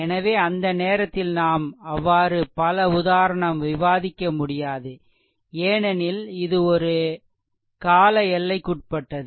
எனவே அந்த நேரத்தில் நாம் அவ்வாறு பல உதாரணம் விவாதிக்க முடியாது ஏனெனில் இது ஒரு கால எல்லைக்குட்பட்டது